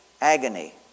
agony